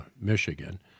Michigan